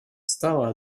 стала